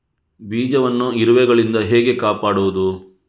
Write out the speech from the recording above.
ಬೀಜವನ್ನು ಇರುವೆಗಳಿಂದ ಹೇಗೆ ಕಾಪಾಡುವುದು?